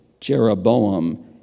Jeroboam